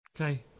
Okay